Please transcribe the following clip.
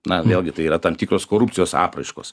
na vėlgi tai yra tam tikros korupcijos apraiškos